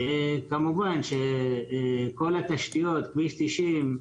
כמובן, שכל התשתיות כביש 90,